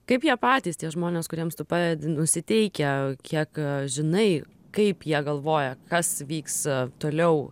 kaip jie patys tie žmonės kuriems tu padedi nusiteikę kiek žinai kaip jie galvoja kas vyks toliau